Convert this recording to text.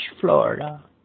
Florida